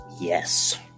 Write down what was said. Yes